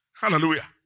Hallelujah